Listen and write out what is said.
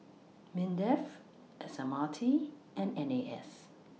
Mindef S M R T and N A S